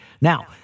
Now